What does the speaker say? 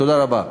תודה רבה.